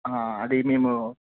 అది మేము